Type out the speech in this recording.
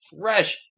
fresh